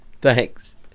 Thanks